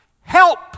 Help